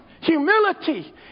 humility